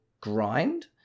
grind